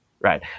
Right